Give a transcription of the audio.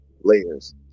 layers